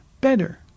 better